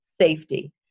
safety